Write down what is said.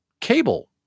cable